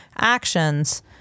actions